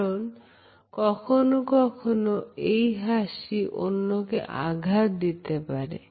কারণ কখনো কখনো এই হাসি অন্যকে আঘাত দিতে পারে